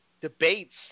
debates